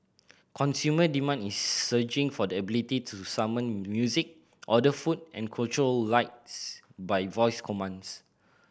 consumer demand is surging for the ability to summon music order food and control lights by voice commands